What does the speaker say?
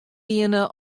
wiene